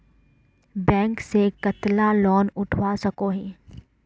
Bank से कतला loan उठवा सकोही?